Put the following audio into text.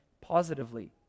positively